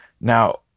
Now